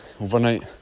overnight